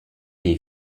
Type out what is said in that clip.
les